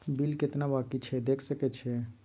Bill केतना बाँकी छै देख सके छियै?